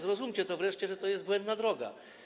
Zrozumcie wreszcie, że to jest błędna droga.